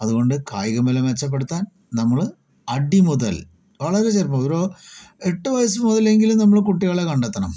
അതുകൊണ്ട് കായികമേഖല മെച്ചപ്പെടുത്താൻ നമ്മള് അടി മുതൽ വളരെ ചെറുപ്പം ഒരു എട്ട് വയസ്സ് മുതലെങ്കിലും നമ്മള് കുട്ടികളെ കണ്ടെത്തണം